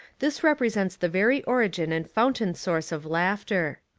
this represents the very origin and fountain source of laughter.